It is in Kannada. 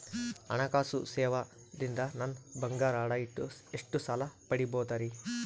ಹಣಕಾಸು ಸೇವಾ ದಿಂದ ನನ್ ಬಂಗಾರ ಅಡಾ ಇಟ್ಟು ಎಷ್ಟ ಸಾಲ ಪಡಿಬೋದರಿ?